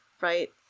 right